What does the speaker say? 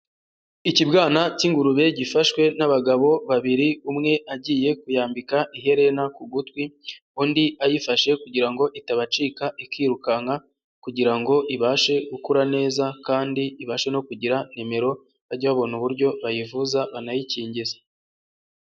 Ikibwana cy'ingurube gifashwe n'abagabo babiri umwe agiye kuyambika iherena ku gutwi, undi ayifashe kugira ngo itabacika ikirukanka kugira ngo ibashe gukura neza kandi ibasha no kugira nimero, bajye babona uburyo bayivuza, banayikingize.